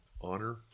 honor